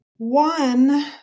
One